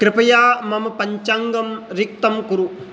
कृपया मम पञ्चाङ्गं रिक्तं कुरु